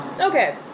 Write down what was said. Okay